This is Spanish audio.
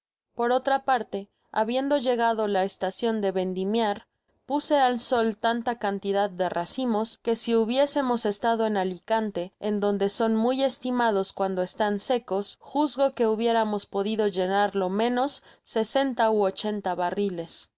por otra parte habiendo llegado la estacion de vendimiar pase al sol tanta cantidad de racimos que si hubiésemos estado en alicante en donde son muy estimados cuando estan secos juzgo que hubiéramos podido llenar lo meuos sesenta ú ochenta barriles